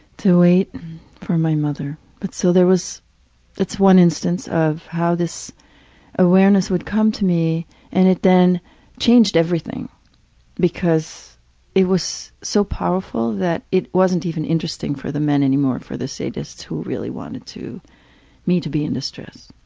to wait for my mother. but so there was that's one instance of how this awareness would come to me and it then changed everything because it was so powerful that it wasn't even interesting for the men anymore, for the sadists who really wanted to me to be in distress.